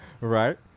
Right